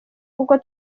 kuko